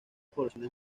poblaciones